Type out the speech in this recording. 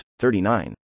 39